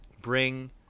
bring